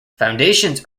foundations